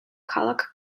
ქალაქ